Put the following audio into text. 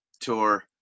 tour